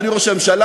אדוני ראש הממשלה,